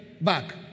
back